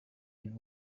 and